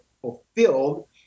fulfilled